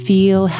Feel